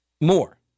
more